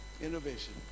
Innovation